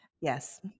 Yes